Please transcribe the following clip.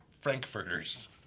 Frankfurters